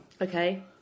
Okay